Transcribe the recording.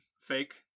fake